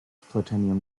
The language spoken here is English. platinum